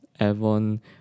Avon